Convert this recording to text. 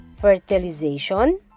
fertilization